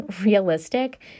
realistic